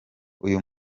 uyu